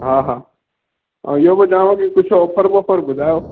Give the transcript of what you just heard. हा हा ऐं इहो थो चवांव कुझु ऑफर वॉफर ॿुधायो